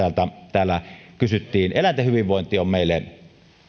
täällä kysyttiin eläinten hyvinvointi on meille